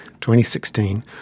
2016